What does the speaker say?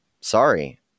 sorry